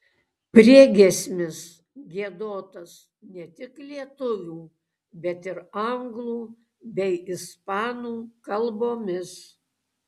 priegiesmis giedotas ne tik lietuvių bet ir anglų bei ispanų kalbomis